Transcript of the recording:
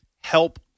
help